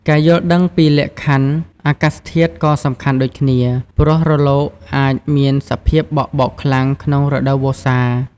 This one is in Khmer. ការយល់ដឹងពីលក្ខខណ្ឌអាកាសធាតុក៏សំខាន់ដូចគ្នា ព្រោះរលកអាចមានសភាពបក់បោកខ្លាំងក្នុងរដូវវស្សា។